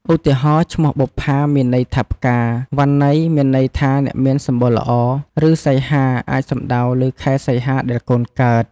ឧទាហរណ៍ ឈ្មោះ "បុប្ផា" មានន័យថាផ្កា "វណ្ណី" មានន័យថាអ្នកមានសម្បុរល្អ ឬ "សីហា" អាចសំដៅលើខែសីហាដែលកូនកើត។